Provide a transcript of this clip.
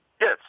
Yes